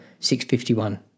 651